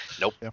Nope